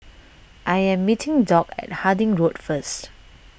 I am meeting Dock at Harding Road first